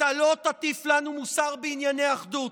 אתה לא תטיף לנו מוסר בענייני אחדות.